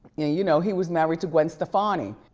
you know, he was married to gwen stefani.